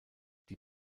die